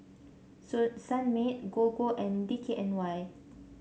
Sunmaid Gogo and D K N Y